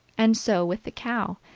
and so with the cow.